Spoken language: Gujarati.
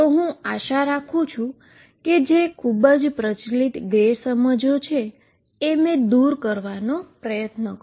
તો હું આશા રાખું છું કે જે ખૂબ પ્રચલિત ગેરસમજો છે એ મેં દૂર કરી